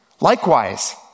Likewise